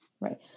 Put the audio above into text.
Right